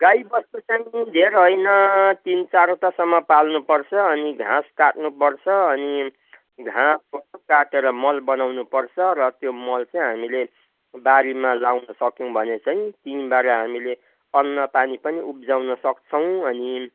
गाई बस्तु चाहिँ धेर होइन तिन चारवटासम्म पाल्नु पर्छ अनि घाँस काट्नु पर्छ अनि घाँस काटेर मल बनाउनु पर्छ र त्यो मल चाहिँ हामीले बारीमा लाउनु सक्यौँ भने चाहिँ त्यहीँबाट हामीले अन्न पानी पनि उब्जाउन सक्छौँ अनि